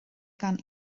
gan